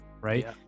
right